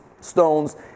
stones